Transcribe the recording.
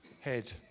head